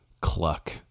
cluck